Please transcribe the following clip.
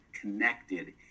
connected